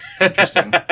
Interesting